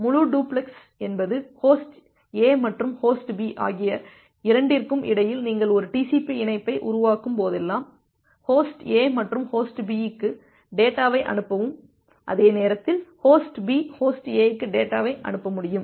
முழு டூப்ளக்ஸ் என்பது host A மற்றும் ஹோஸ்ட் B ஆகிய இரண்டிற்கும் இடையில் நீங்கள் ஒரு TCP இணைப்பை உருவாக்கும் போதெல்லாம் ஹோஸ்ட் A மற்றும் ஹோஸ்ட் B க்கு டேட்டாவை அனுப்பவும் அதே நேரத்தில் ஹோஸ்ட் B ஹோஸ்ட் A க்கு டேட்டாவை அனுப்ப முடியும்